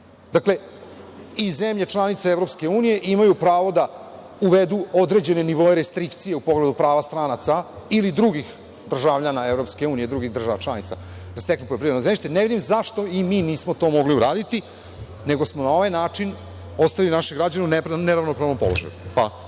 Dakle, i zemlje članice EU imaju pravo da uvedu određene nivoe restrikcije u pogledu prava stranaka ili drugih državljana EU, drugih država članica da steknu poljoprivredno zemljište, ne vidim zašto i mi nismo to mogli uraditi, nego smo na ovaj način ostavili naše građane u neravnopravnom položaju.